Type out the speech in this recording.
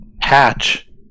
hatch